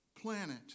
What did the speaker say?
planet